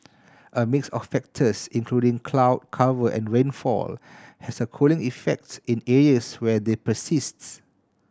a mix of factors including cloud cover and rainfall has a cooling effects in areas where they persists